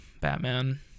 Batman